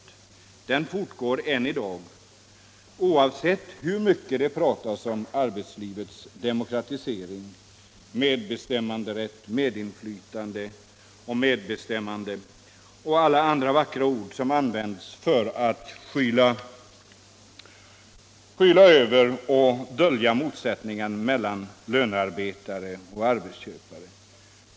Svartlistning förekommer än i dag, oavsett hur mycket det pratas om arbetslivets demokratisering, medbestämmanderätt, medinflytande eller vilka andra vackra ord man använder för att skyla över och dölja motsättningarna mellan lönearbetare och arbetsköpare.